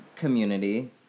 community